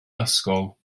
ysgol